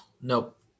Nope